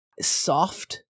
soft